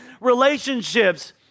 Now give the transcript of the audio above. relationships